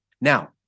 now